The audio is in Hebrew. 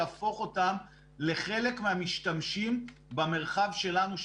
יהפוך אותם לחלק מהמשתמשים במרחב שלנו,